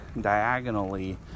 diagonally